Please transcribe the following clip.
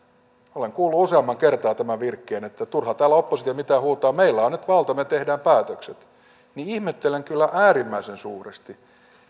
olen kuullut useamman kerran tämän virkkeen että turha täällä on opposition mitään huutaa meillä on nyt valta me teemme päätökset niin ihmettelen kyllä äärimmäisen suuresti